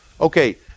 Okay